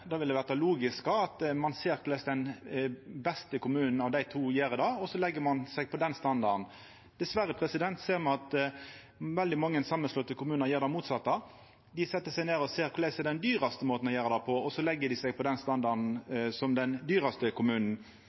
Det ville ha vore det logiske, at ein ser korleis den beste kommunen av dei to gjer det, og så legg ein seg på den standarden. Dessverre ser me at veldig mange samanslåtte kommunar gjer det motsette. Dei set seg ned og ser kva som er den dyraste måten å gjera det på, og så legg dei seg på den standarden som den dyraste kommunen